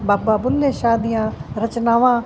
ਬਾਬਾ ਬੁੱਲ੍ਹੇ ਸ਼ਾਹ ਦੀਆਂ ਰਚਨਾਵਾਂ